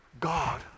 God